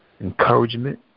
encouragement